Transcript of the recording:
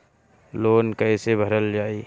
Loan कैसे भरल जाइ?